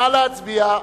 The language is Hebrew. נא להצביע.